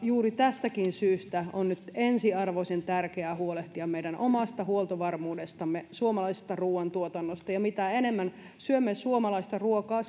juuri tästäkin syystä on nyt ensiarvoisen tärkeää huolehtia meidän omasta huoltovarmuudestamme suomalaisesta ruuantuotannosta ja ja mitä enemmän syömme suomalaista ruokaa